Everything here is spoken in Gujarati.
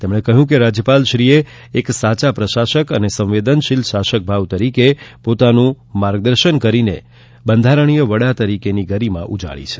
તેમણે કહ્યું કે રાજયપાલશ્રીએ એક સાચા પ્રશાસક સંવેદનશીલ શાસકભાવ તરીકે સૌનું માર્ગદર્શન કરીને બંધારણીય વડા તરીકેની ગરીમા ઉજાળી છે